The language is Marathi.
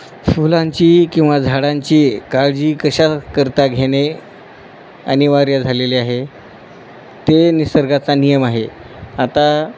फुलांची किंवा झाडांची काळजी कशा करता घेणे अनिवार्य झालेले आहे ते निसर्गाचा नियम आहे आता